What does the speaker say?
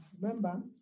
Remember